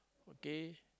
okay